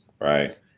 right